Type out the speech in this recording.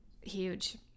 huge